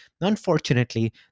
Unfortunately